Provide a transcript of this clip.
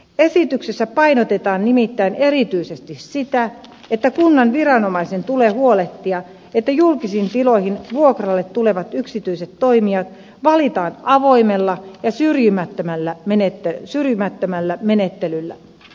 esityksessä painotetaan nimittäin erityisesti sitä että kunnan viranomaisen tulee huolehtia että julkisiin tiloihin vuokralle tulevat yksityiset toimijat valitaan avoimella ja syrjimättömällä menettelyllä